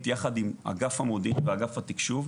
יחד עם אגף המודיעין ואגף התקשוב,